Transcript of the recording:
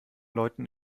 läuten